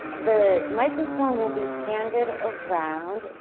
the microphone will be handed around.